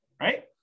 right